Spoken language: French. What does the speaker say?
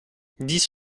dix